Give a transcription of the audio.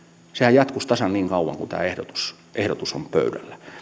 jatkuisi tasan niin kauan kuin tämä ehdotus ehdotus on pöydällä